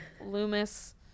Loomis